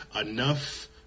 Enough